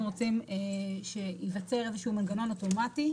אנחנו רוצים שייווצר איזה שהוא מנגנון אוטומטי,